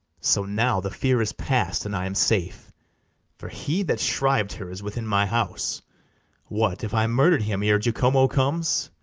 so, now the fear is past, and i am safe for he that shriv'd her is within my house what, if i murder'd him ere jacomo comes?